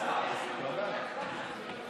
יש הפרדה באוצר.